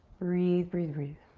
breathe, breathe, breathe.